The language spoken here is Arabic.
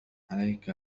عليك